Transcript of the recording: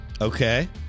Okay